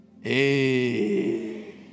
Hey